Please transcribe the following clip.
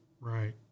right